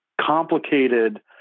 complicated